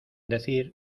decir